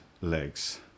legs